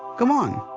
come on!